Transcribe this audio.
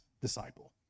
disciple